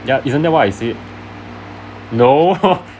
yup isn't that what I say no hor